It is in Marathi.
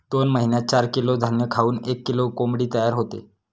दोन महिन्यात चार किलो धान्य खाऊन एक किलो कोंबडी तयार होते